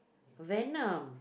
Venom